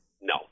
No